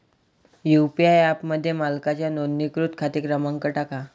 UPI ॲपमध्ये मालकाचा नोंदणीकृत खाते क्रमांक टाका